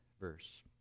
verse